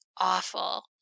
awful